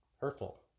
hurtful